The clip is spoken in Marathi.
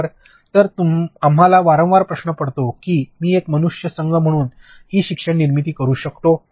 बरोबर तर आम्हाला वारंवार प्रश्न पडतो की मी एक मनुष्य संघ म्हणून ई शिक्षणची निर्मिती करू शकतो